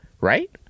right